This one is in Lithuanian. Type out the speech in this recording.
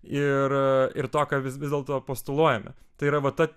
ir ir to ką vis dėlto postuluojame tai yra va ta